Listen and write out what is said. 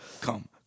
Come